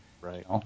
Right